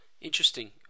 interesting